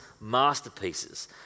masterpieces